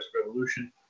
Revolution